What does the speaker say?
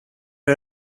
are